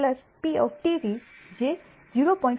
P P જે 0